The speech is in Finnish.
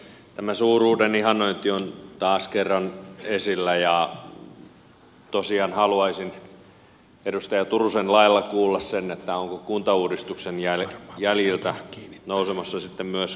tämä suuruuden ihannointi on taas kerran esillä ja tosiaan haluaisin edustaja turusen lailla kuulla sen ovatko kuntauudistuksen jäljiltä nousemassa sitten myös maakuntauudistukset